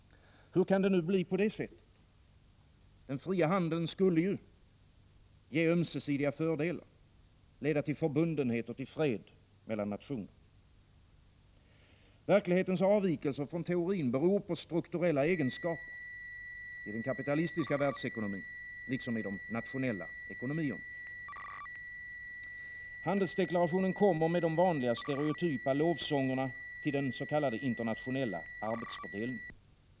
Hur kan det nu bli så? Den fria handeln skulle ju ge ömsesidiga fördelar, leda till förbundenhet och fred mellan nationer. Verklighetens avvikelser från teorin beror på strukturella egenskaper i den kapitalistiska världsekonomin liksom i de nationella ekonomierna. Handelsdeklarationen innehåller de vanliga, stereotypa lovsångerna till den s.k. internationella arbetsfördelningen.